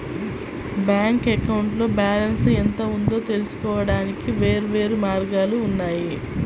bank అకౌంట్లో balance ఎంత ఉందో తెలుసుకోవడానికి వేర్వేరు మార్గాలు ఉన్నాయి